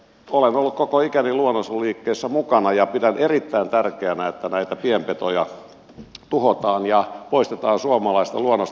olen ollut koko ikäni luonnonsuojeluliikkeessä mukana ja pidän erittäin tärkeänä että näitä pienpetoja tuhotaan ja poistetaan suomalaisesta luonnosta